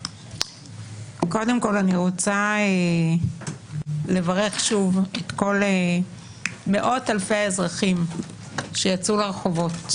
קודם כל אני רוצה לברך שוב את כל מאות אלפי האזרחים שיצאו לרחובות,